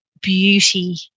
beauty